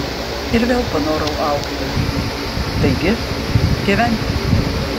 ir vėl panorau augti taigi gyventi